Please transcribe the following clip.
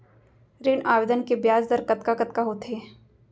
ऋण आवेदन के ब्याज दर कतका कतका होथे?